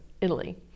Italy